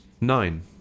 nine